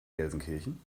gelsenkirchen